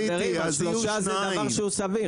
שלושה זה דבר שהוא סביר.